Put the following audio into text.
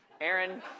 Aaron